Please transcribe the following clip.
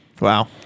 Wow